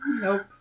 Nope